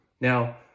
Now